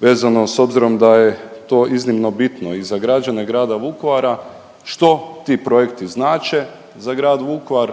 vezano, s obzirom da je to iznimno bitno i za građane grada Vukovara, što ti projekti znače za grad Vukovar,